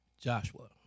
Joshua